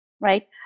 right